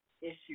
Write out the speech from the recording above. issue